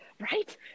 Right